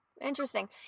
Interesting